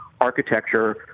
architecture